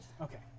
Okay